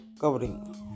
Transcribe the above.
covering